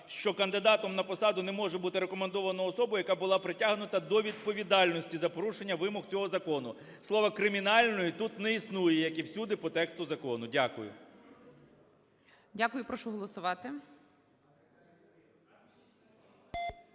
що кандидатом на посаду не може бути рекомендовано особу, яка була притягнута до відповідальності за порушення вимог цього Закону. Слова "кримінальної" тут не існує, як і всюди по тексту закону. Дякую. ГОЛОВУЮЧИЙ. Дякую. Прошу проголосувати.